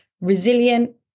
resilient